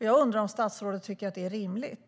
Jag undrar om statsrådet tycker att detta är rimligt.